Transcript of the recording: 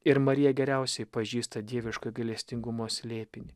ir marija geriausiai pažįsta dieviško gailestingumo slėpinį